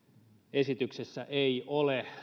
esityksessä ei ole